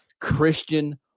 Christian